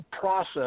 process